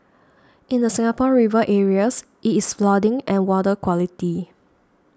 in the Singapore River areas it is flooding and water quality